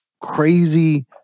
crazy